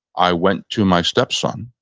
i went to my stepson